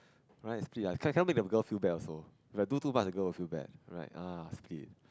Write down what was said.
right split ah can can make the girl feel bad also if I do too much the girl will feel bad right ah split